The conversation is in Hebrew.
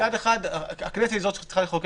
מצד אחד, הכנסת היא זו שצריכה לחוקק.